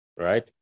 right